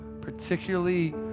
particularly